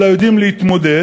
אלא יודעים להתמודד,